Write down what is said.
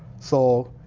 so